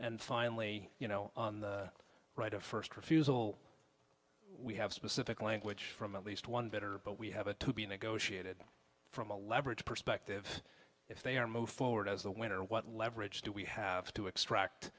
and finally you know on the right of first refusal we have specific language from at least one better but we have a to be negotiated from a leverage perspective if they are moved forward as the winner what leverage do we have to extract